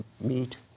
meet